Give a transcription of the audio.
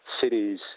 cities